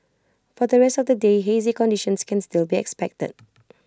for the rest of the day hazy conditions can still be expected